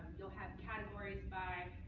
you'll have categories by,